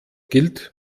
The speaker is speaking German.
gilt